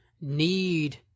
Need